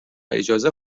اجازه